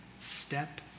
step